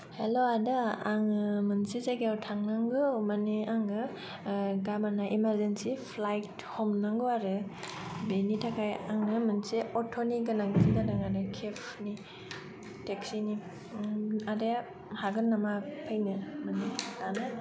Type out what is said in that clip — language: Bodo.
हेल' आदा आङो मोनसे जायगायाव थांनांगौ माने आङो गाबोनो इमार्जेनसि फ्लाइट हमनांगौ आरो बेनि थाखाय आङो मोनसे अट'नि गोनांथि जादों आरो केबनि टेक्सिनि आदाया हागोन नामा फैनो माने दानो